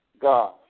God